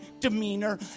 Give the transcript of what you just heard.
demeanor